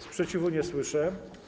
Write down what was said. Sprzeciwu nie słyszę.